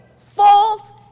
False